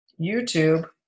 YouTube